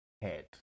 head